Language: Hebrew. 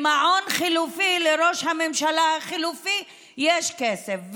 למעון חליפי לראש הממשלה החליפי יש כסף,